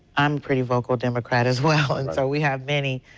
um pretty vocal democrat as well. and so we have many,